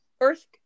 earth